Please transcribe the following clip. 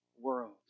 world